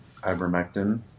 ivermectin